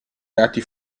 dati